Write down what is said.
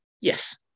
yes